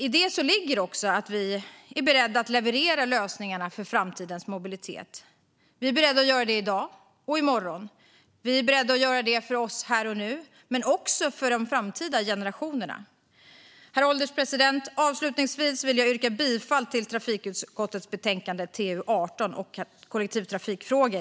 I det ligger också att vi är beredda att leverera lösningarna för framtidens mobilitet. Vi är beredda att göra det i dag och i morgon. Vi är beredda att göra det för oss här och nu men också för de framtida generationerna. Herr ålderspresident! Avslutningsvis vill jag yrka bifall till trafikutskottets förslag i betänkande TU8 om kollektivtrafikfrågor.